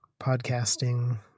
podcasting